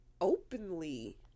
openly